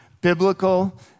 biblical